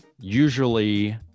Usually